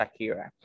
Shakira